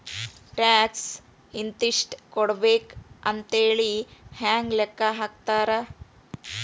Tax ಇಂತಿಷ್ಟ ಕೊಡ್ಬೇಕ್ ಅಂಥೇಳಿ ಹೆಂಗ್ ಲೆಕ್ಕಾ ಹಾಕ್ತಾರ?